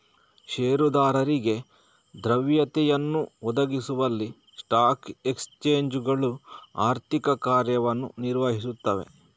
ಷೇರುದಾರರಿಗೆ ದ್ರವ್ಯತೆಯನ್ನು ಒದಗಿಸುವಲ್ಲಿ ಸ್ಟಾಕ್ ಎಕ್ಸ್ಚೇಂಜುಗಳು ಆರ್ಥಿಕ ಕಾರ್ಯವನ್ನು ನಿರ್ವಹಿಸುತ್ತವೆ